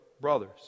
brothers